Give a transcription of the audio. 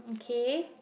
okay